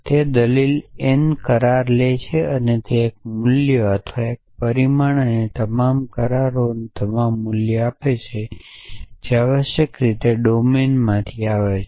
તે દલીલ n કરાર લે છે અને તે એક મૂલ્ય અથવા એક પરિણામ અને તમામ કરારો અને તમામ મૂલ્યો આપે છે જે આવશ્યક રીતે ડોમેનમાંથી આવે છે